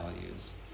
values